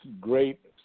great